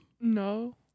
No